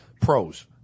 pros